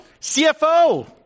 CFO